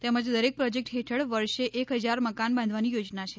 તેમજ દરેક પ્રોજેકટ હેઠળ વર્ષે એક હજાર મકાન બાંધવાની યોજના છે